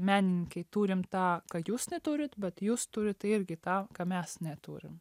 menininkai turim tą kad jūs neturit bet jūs turit irgi tą ką mes neturim